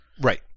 Right